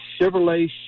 Chevrolet